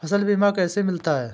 फसल बीमा कैसे मिलता है?